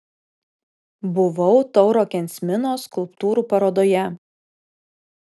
buvau tauro kensmino skulptūrų parodoje